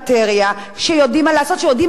שיודעים מה הזכויות שצריך לדרוש,